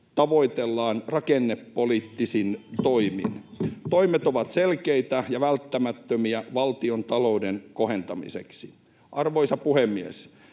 tavoitellaan rakennepoliittisin toimin. Toimet ovat selkeitä ja välttämättömiä valtiontalouden kohentamiseksi. Arvoisa puhemies!